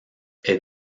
est